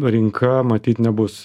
rinka matyt nebus